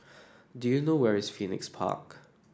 do you know where is Phoenix Park